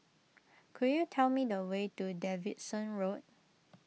could you tell me the way to Davidson Road